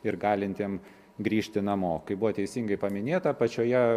ir galintiem grįžti namo kaip buvo teisingai paminėta pačioje